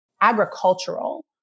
agricultural